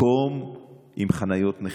מקום עם חניית נכים,